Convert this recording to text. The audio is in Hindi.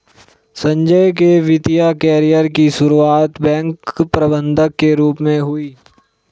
संजय के वित्तिय कैरियर की सुरुआत बैंक प्रबंधक के रूप में हुई